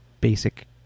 basic